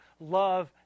love